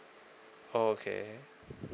okay